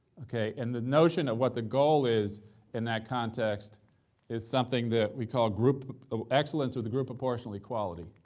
okay? and the notion of what the goal is in the context is something that we call group ah excellence with a group proportional equality,